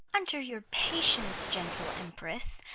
under your patience, gentle emperess,